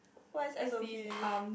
what is s_o_p